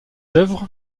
œuvres